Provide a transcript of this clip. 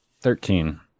Thirteen